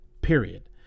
period